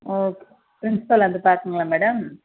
okay principal வந்து பார்க்கணுங்களா madam